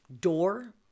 door